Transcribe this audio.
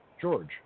George